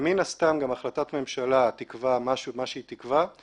ומן הסתם גם החלטת ממשלה תקבע מה שהיא תקבע,